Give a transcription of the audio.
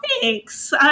thanks